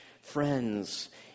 friends